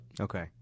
Okay